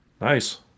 Nice